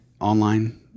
online